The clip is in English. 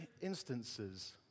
instances